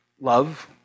love